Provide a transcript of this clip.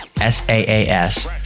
S-A-A-S